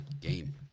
game